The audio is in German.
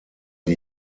die